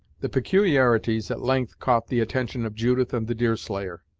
the peculiarities at length caught the attention of judith and the deerslayer,